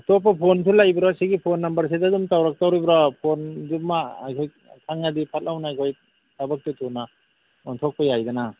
ꯑꯇꯣꯞꯄ ꯐꯣꯟꯁꯨ ꯂꯩꯕ꯭ꯔꯣ ꯁꯤꯒꯤ ꯐꯣꯟ ꯅꯝꯕꯔꯁꯤꯗ ꯑꯗꯨꯝ ꯇꯧꯔꯛꯇꯣꯔꯤꯕ꯭ꯔꯣ ꯐꯣꯟꯗꯨꯃ ꯑꯩꯈꯣꯏ ꯈꯪꯉꯗꯤ ꯐꯠ ꯂꯥꯎꯅ ꯑꯩꯈꯣꯏ ꯊꯕꯛꯇꯨ ꯊꯨꯅ ꯑꯣꯟꯊꯣꯛꯄ ꯌꯥꯏꯗꯅ